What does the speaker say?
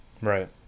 Right